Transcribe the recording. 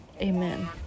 Amen